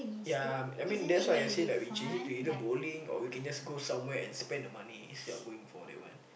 ya I mean that's why I say like we change it to either bowling or we can just go somewhere and spend the money instead of going for that one